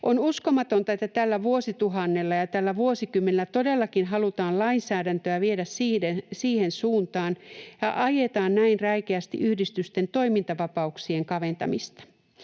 On uskomatonta, että tällä vuosituhannella ja tällä vuosikymmenellä todellakin halutaan lainsäädäntöä viedä siihen suuntaan ja ajetaan näin räikeästi yhdistysten toimintavapauksien kaventamista.